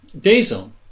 diesel